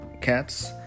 cats